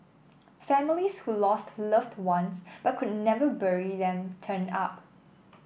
families who lost loved ones but could never bury them turned up